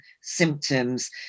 symptoms